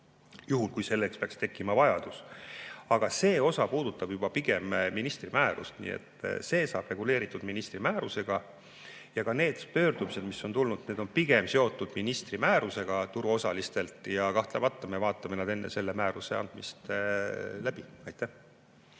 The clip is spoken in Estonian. juhul kui selleks peaks tekkima vajadus. Aga see osa puudutab pigem ministri määrust, nii et see reguleeritakse ministri määrusega. Ja ka need turuosaliste pöördumised, mis on tulnud, on pigem seotud ministri määrusega ja kahtlemata me vaatame nad enne selle määruse andmist läbi. Aitäh!